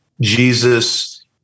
Jesus